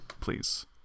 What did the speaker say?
please